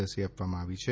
રસી આપવામાં આવી છે